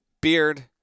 Beard